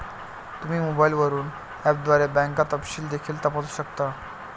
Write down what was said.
तुम्ही मोबाईलवरून ऍपद्वारे बँक तपशील देखील तपासू शकता